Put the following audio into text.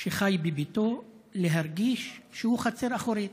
שחי בביתו הוא להרגיש שהוא חצר אחורית,